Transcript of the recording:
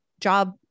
job